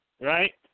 right